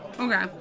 okay